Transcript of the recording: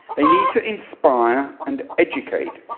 they need to inspire and educate,